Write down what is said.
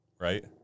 right